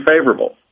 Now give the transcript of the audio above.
favorable